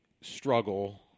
struggle